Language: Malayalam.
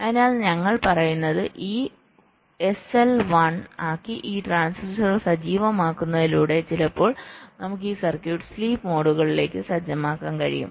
അതിനാൽ ഞങ്ങൾ പറയുന്നത് ഈ SL 1 ആക്കി ഈ ട്രാൻസിസ്റ്ററുകൾ സജീവമാക്കുന്നതിലൂടെ ചിലപ്പോൾ നമുക്ക് ഈ സർക്യൂട്ട് സ്ലീപ്പ് മോഡിലേക്ക് സജ്ജമാക്കാൻ കഴിയും